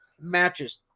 matches